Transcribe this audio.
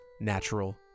natural